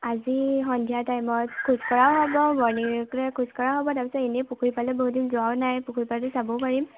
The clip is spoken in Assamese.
আজি সন্ধিয়া টাইমত খোজ কঢ়াও হ'ব খোজ কঢ়াও হ'ব তাৰপিছত এনে পুখুৰীৰ পাৰলৈ বহুতদিন যোৱাও নাই পুখুৰীৰ পাৰটো চাবও পাৰিম